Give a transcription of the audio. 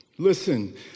Listen